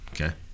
Okay